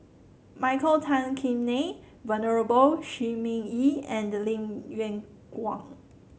Michael Tan Kim Nei Venerable Shi Ming Yi and Lim Yew Kuan